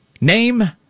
Name